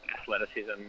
athleticism